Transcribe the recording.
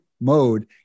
mode